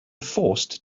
forced